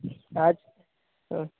ᱟᱡ